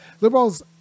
Liberals